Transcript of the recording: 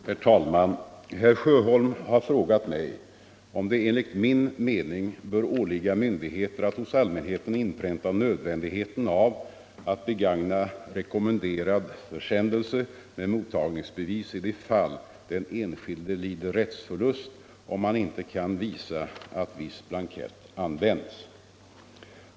Herr talman! Herr Sjöholm har frågat mig om det enligt min mening bör åligga myndigheter att hos allmänheten inpränta nödvändigheten av att begagna rekommenderad försändelse med mottagningsbevis i de fall den enskilde lider rättsförlust om han inte kan visa att viss blankett avsänts.